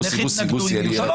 איך יתנגדו אם יהיו שם חרדים?